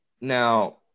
Now